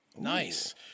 Nice